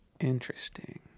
Interesting